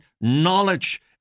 knowledge